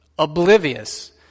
oblivious